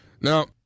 Now